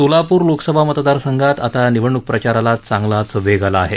सोलापूर लोकसभा मतदारसंघात आता निवडणूक प्रचाराला चांगलाच वेग आला आहे